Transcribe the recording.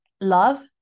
love